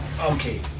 Okay